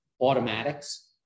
automatics